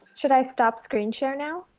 should i stop screen share now?